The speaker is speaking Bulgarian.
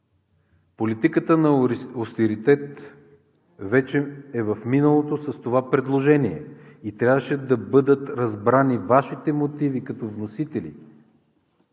Политиката на остеритет вече е в миналото с това предложение и трябваше да бъдат разбрани Вашите мотиви като вносители,